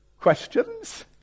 questions